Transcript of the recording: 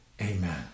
Amen